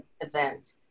event